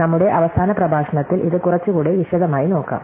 നമ്മുടെ അവസാന പ്രഭാഷണത്തിൽ ഇത് കുറച്ചുകൂടി വിശദമായി നോക്കാം